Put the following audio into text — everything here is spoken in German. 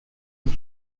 und